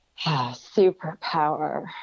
Superpower